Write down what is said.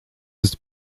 its